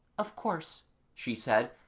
of course she said,